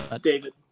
David